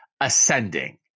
ascending